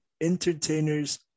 entertainers